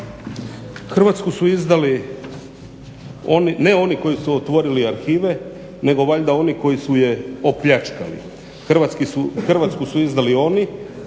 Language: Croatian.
Hrvatsku su izdali ne oni koji su otvorili arhive nego valjda oni koji su je opljačkali. Hrvatsku su izdali oni